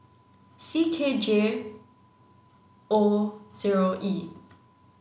C K J O zero E